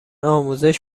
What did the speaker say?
آموزش